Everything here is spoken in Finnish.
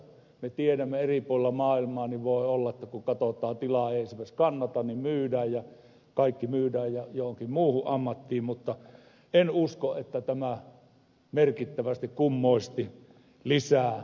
me tiedämme että eri puolilla maailmaa voi olla kun katsotaan että tila ei esimerkiksi kannata niin kaikki myydään ja siirrytään johonkin muuhun ammattiin mutta en usko että tämä merkittävästi kummoisesti lisää suomessa peltomaan myyntiä